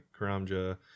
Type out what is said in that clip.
karamja